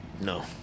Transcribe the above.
No